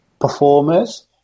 performers